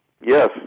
yes